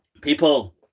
people